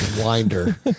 winder